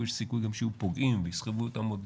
יש סיכוי שגם יהיו פוגעים ויסחבו איתם עוד